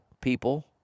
people